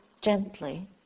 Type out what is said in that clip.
gently